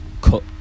cut